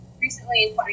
recently